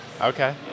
Okay